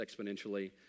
exponentially